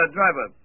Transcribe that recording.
driver